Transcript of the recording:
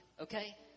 okay